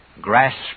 grasp